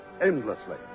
endlessly